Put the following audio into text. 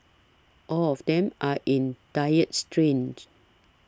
all of them are in dire straits